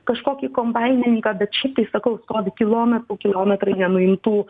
kažkokį kombainininką bet šiaip tai sakau stovi kilometrų kilometrai nenuimtų